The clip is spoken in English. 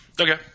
Okay